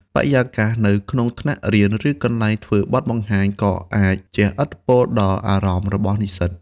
បរិយាកាសនៅក្នុងថ្នាក់រៀន ឬកន្លែងធ្វើបទបង្ហាញក៏អាចជះឥទ្ធិពលដល់អារម្មណ៍របស់និស្សិត។